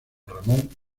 ramón